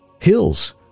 Hills